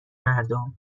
مردم